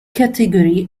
category